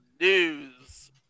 news